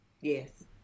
Yes